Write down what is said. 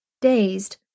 Dazed